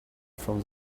from